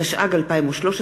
התשע"ג 2013,